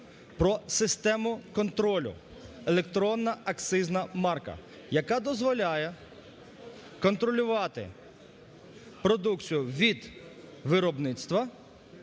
про систему контролю. Електронна акцизна марка, яка дозволяє контролювати продукцію від виробництва